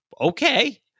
okay